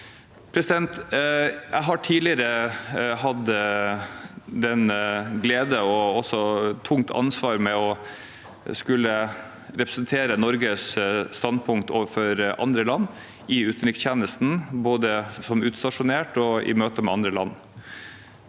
Jeg har tidligere hatt den glede og også det tunge ansvar å skulle representere Norges standpunkt overfor andre land i utenrikstjenesten, både som utstasjonert og i møte med andre land.